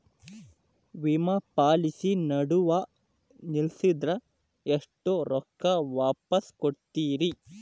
ವಿಮಾ ಪಾಲಿಸಿ ನಡುವ ನಿಲ್ಲಸಿದ್ರ ಎಷ್ಟ ರೊಕ್ಕ ವಾಪಸ್ ಕೊಡ್ತೇರಿ?